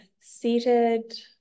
seated